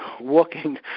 walking